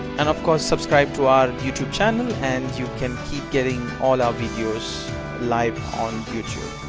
and of-course subscribe to our youtube channel and you can keep getting all our videos live on youtube.